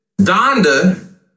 Donda